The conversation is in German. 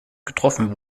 getroffen